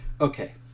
Okay